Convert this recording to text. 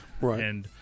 Right